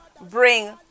bring